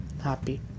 happy